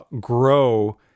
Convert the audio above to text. grow